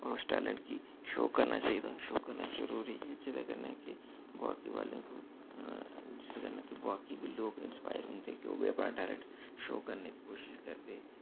होर उस टैलेंट गी शो करना चाहिदा जरूरी ऐ जेह्दे कन्नै कि बाकी आह्लें गी जेह्के कन्नै कि बाकी लोग इंस्पायर होंदे ते ओह् बी अपना टैलेंट शो करने दी कोशश करदे